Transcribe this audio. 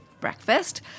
breakfast